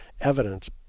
evidence